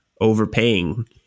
overpaying